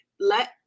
let